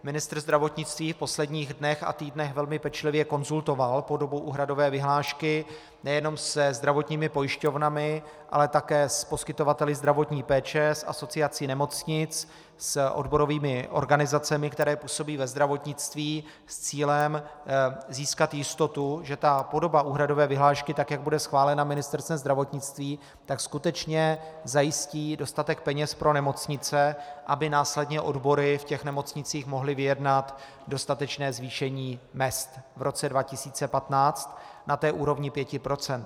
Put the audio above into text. Ministr zdravotnictví v posledních dnech a týdnech velmi pečlivě konzultoval podobu úhradové vyhlášky nejenom se zdravotními pojišťovnami, ale také s poskytovateli zdravotní péče, s Asociací nemocnic, s odborovými organizacemi, které působí ve zdravotnictví, s cílem získat jistotu, že podoba úhradové vyhlášky, tak jak bude schválena Ministerstvem zdravotnictví, skutečně zajistí dostatek peněz pro nemocnice, aby následně odbory v nemocnicích mohly vyjednat dostatečné zvýšení mezd v roce 2015 na té úrovni 5 %.